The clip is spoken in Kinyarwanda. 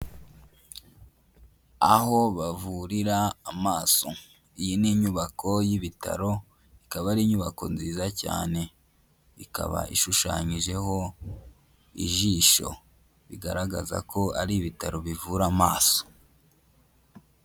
Aho bavurira amaso, iyi ni inyubako y'ibitaro ikaba ari inyubako nziza cyane, ikaba ishushanyijeho ijisho, bigaragaza ko ari ibitaro bivura amaso.